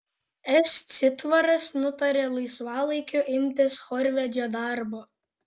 s citvaras nutarė laisvalaikiu imtis chorvedžio darbo